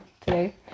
today